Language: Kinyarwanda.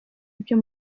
ibyo